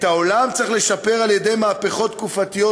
את העולם צריך לשפר על-ידי מהפכות תקופתיות